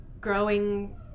growing